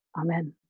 Amen